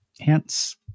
hence